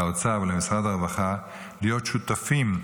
לאוצר ולמשרד הרווחה להיות שותפים,